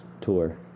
Tour